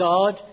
God